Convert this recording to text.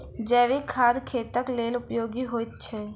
जैविक खाद खेतक लेल उपयोगी होइत छै